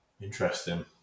Interesting